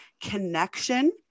connection